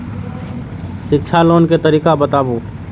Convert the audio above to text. शिक्षा लोन के तरीका बताबू?